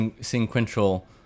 sequential